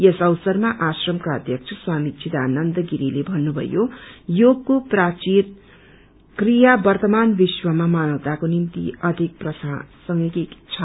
यस अवसरमा आश्रमका अध्यक्ष स्वामी चिदानन्द गिरीले भत्रुभयो योगको प्राचीन क्रिया वर्तमान विश्वमा मानवताको निम्ति अधिक प्रासंगिक छ